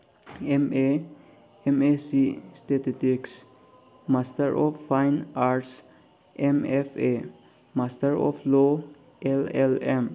M A M S C statistics master of fine arts M F A master of law L L M